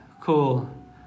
Cool